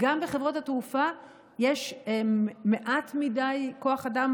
גם בחברות התעופה יש מעט מדי כוח אדם